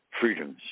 freedoms